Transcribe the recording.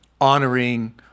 honoring